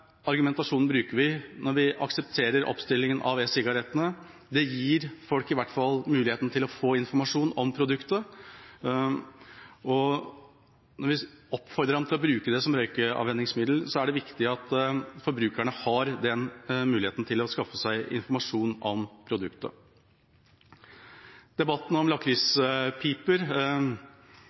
argumentasjonen bruker vi når vi aksepterer oppstillingen av e-sigarettene. Det gir i hvert fall folk muligheten til å få informasjon om produktet. Når vi oppfordrer dem til å bruke det som røykeavvenningsmiddel, er det viktig at forbrukerne har den muligheten til å skaffe seg informasjon om produktet. Når det gjelder debatten om lakrispiper,